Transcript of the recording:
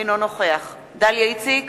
אינו נוכח דליה איציק,